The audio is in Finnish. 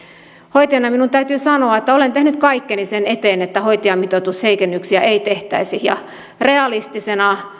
hoitajana minun täytyy sanoa että olen tehnyt kaikkeni sen eteen että hoitajamitoitusheikennyksiä ei tehtäisi ja realistisena